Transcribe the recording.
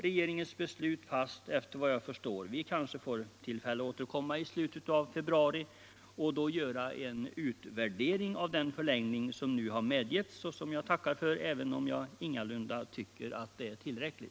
Regeringens beslut ligger fast, efter vad jag förstår, och' vi får kanske tillfälle att återkomma i slutet av februari och göra en utvärdering av . den förlängning av tiden som nu medgetts och som jag tackar för, även om jag ingalunda tycker att den är tillräcklig.